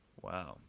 Wow